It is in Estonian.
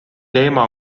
teema